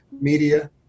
Media